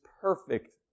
perfect